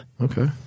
Okay